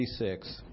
26